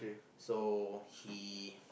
so he